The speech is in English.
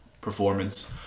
performance